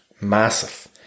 massive